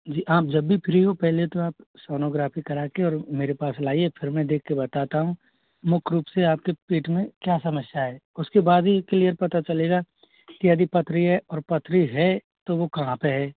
जी आप जब भी फ्री हों पहले तो आप सोनोग्राफी करा के और मेरे पास लाइए फिर मैं देख के बताता हूँ मुख्य रूप से आपके पेट में क्या समस्या है उसके बाद ही क्लियर पता चलेगा यदि पथरी है और पथरी है तो वो कहाँ पे है